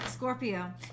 Scorpio